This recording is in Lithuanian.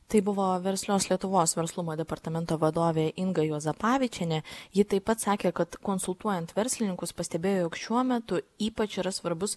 tai buvo verslios lietuvos verslumo departamento vadovė inga juozapavičienė ji taip pat sakė kad konsultuojant verslininkus pastebėjo jog šiuo metu ypač yra svarbus